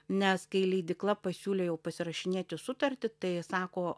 nes kai leidykla pasiūlė jau pasirašinėti sutartį tai sako